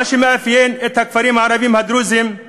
מה שמאפיין את הכפרים הערביים הדרוזיים הוא